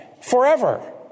forever